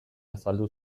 azaldu